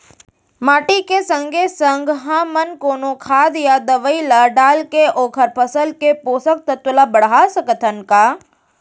माटी के संगे संग हमन कोनो खाद या दवई ल डालके ओखर फसल के पोषकतत्त्व ल बढ़ा सकथन का?